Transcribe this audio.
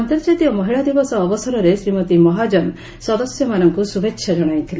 ଆନ୍ତର୍କାତୀୟ ମହିଳା ଦିବସ ଅବସରରେ ଶ୍ରୀମତୀ ମହାଜନ ସଦସ୍ୟମାନଙ୍କୁ ଶ୍ରଭେଚ୍ଛା ଜଣାଇଥିଲେ